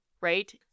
right